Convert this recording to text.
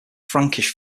frankish